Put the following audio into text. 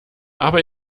aber